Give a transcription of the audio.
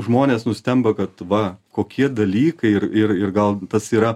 žmonės nustemba kad va kokie dalykai ir ir ir gal tas yra